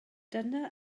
dyna